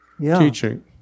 teaching